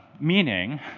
meaning